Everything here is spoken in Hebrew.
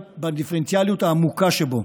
בדיפרנציאליות העמוקה שבו.